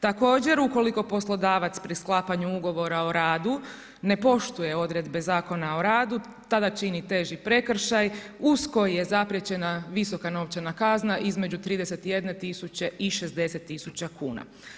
Također, ukoliko poslodavac pri sklapanju ugovora o radu ne poštuje odredbe Zakona o radu, tada čini teži prekršaj uz koji je zaprijećena visoka novčana kazna, između 31 000 i 60 000 kuna.